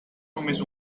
només